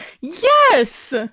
Yes